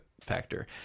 factor